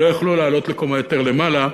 שלא יכלו לעלות לקומה למעלה,